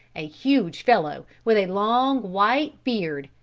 a huge fellow, with a long, white beard